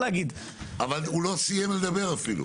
אבל הוא אפילו לא סיים לדבר.